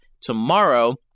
tomorrow